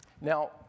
Now